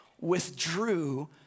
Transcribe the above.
withdrew